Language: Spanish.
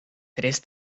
tres